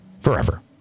forever